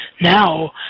now